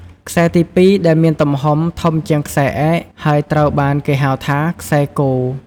ខ្សែទី ២ ដែលមានទំហំ ធំជាងខ្សែឯក ហើយត្រូវបានគេហៅថា ខ្សែគ។